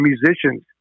musicians